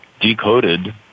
decoded